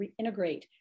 reintegrate